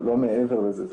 לא מעבר לזה.